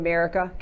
America